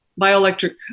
bioelectric